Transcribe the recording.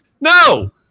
No